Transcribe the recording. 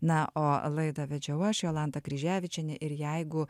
na o laidą vedžiau aš jolanta kryževičienė ir jeigu